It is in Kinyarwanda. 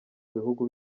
ibihugu